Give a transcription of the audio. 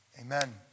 amen